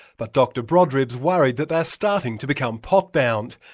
but dr brodribb's worried that they're starting to become pot-bound,